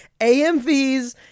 AMVs